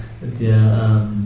der